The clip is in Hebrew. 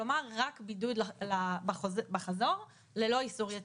כלומר רק בידוד בחזור ללא איסור יציאה.